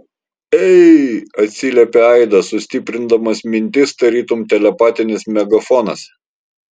ei atsiliepė aidas sustiprindamas mintis tarytum telepatinis megafonas